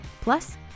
plus